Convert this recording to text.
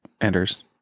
Anders